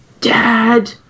dad